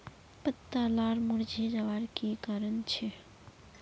पत्ता लार मुरझे जवार की कारण छे?